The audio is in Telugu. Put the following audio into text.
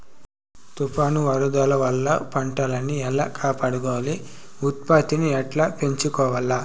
తుఫాను, వరదల వల్ల పంటలని ఎలా కాపాడుకోవాలి, ఉత్పత్తిని ఎట్లా పెంచుకోవాల?